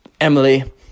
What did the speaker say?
Emily